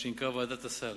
מה שנקרא "ועדת הסל".